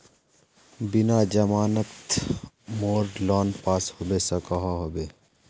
बिना जमानत मोर लोन पास होबे सकोहो होबे?